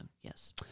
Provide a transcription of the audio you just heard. yes